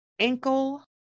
Ankle